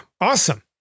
Awesome